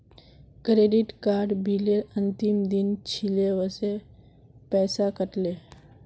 credit card बिलेर अंतिम दिन छिले वसे पैसा कट ले